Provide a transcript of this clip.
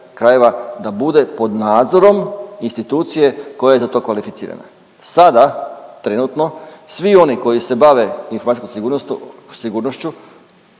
krajeva da bude pod nadzorom institucije koja je za to kvalificirana. Sada trenutno svi oni koji se bave informacijskom sigurnošću,